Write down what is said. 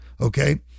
Okay